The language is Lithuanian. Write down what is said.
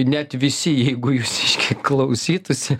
net visi jeigu jūsiškiai klausytųsi